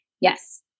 Yes